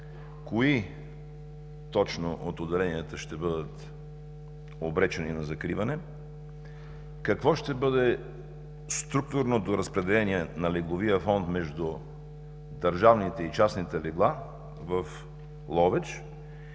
Кои точно от отделенията ще бъдат обречени на закриване!? Какво ще бъде структурното разпределение на легловия фонд между държавните и частните легла в Ловеч?